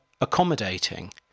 accommodating